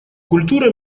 культура